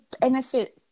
benefit